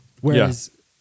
Whereas